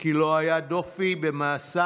כי לא היה דופי במעשיו,